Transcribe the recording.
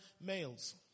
males